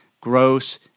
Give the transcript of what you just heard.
gross